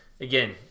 again